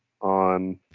on